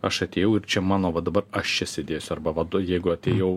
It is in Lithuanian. aš atėjau ir čia mano va dabar aš čia sėdėsiu arba jeigu atėjau